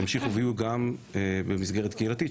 ימשיכו ויהיו גם במסגרת קהילתית,